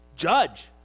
judge